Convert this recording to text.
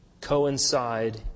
coincide